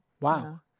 Wow